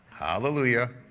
Hallelujah